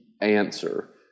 answer